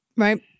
Right